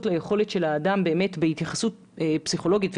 ליכולת של האדם בהתייחסות פסיכולוגית.